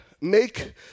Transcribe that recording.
Make